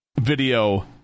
Video